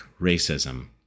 racism